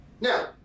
Now